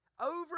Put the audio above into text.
Over